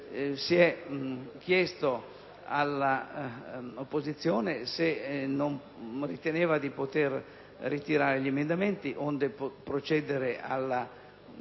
Si è chiesto alle opposizioni se non ritenessero di poter ritirare gli emendamenti, onde procedere al